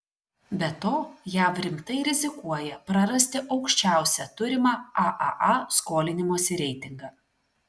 be to jav rimtai rizikuoja prarasti aukščiausią turimą aaa skolinimosi reitingą